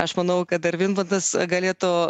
aš manau kad ir vidmantas galėtų